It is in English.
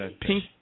pink